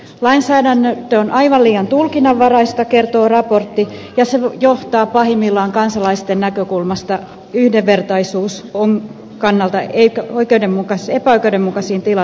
lainsäädäntö on aivan liian tulkinnanvaraista kertoo raportti ja se johtaa pahimmillaan kansalaisten näkökulmasta yhdenvertaisuuden kannalta epäoikeudenmukaisiin tilanteisiin